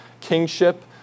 kingship